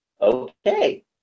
okay